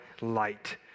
light